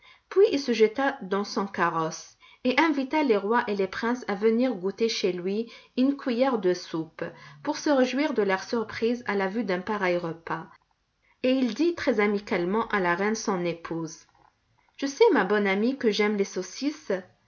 puis il se jeta dans son carrosse et invita les rois et les princes à venir goûter chez lui une cuillerée de soupe pour se réjouir de leur surprise à la vue d'un pareil repas et il dit très amicalement à la reine son épouse tu sais ma bonne amie que j'aime les saucisses